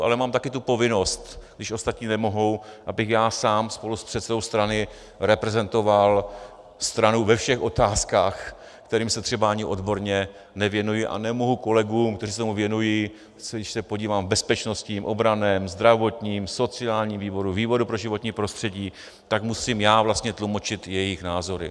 Ale mám taky tu povinnost, když ostatní nemohou, abych já sám spolu s předsedou strany reprezentoval stranu ve všech otázkách, kterým se třeba ani odborně nevěnuji, a nemohu kolegům, kteří se tomu věnují, když se podívám, v bezpečnostním, obranném, zdravotním, sociálním výboru, výboru pro životní prostředí, tak musím já vlastně tlumočit jejich názory.